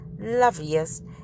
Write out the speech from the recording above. loveliest